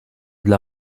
dla